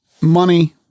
money